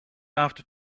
after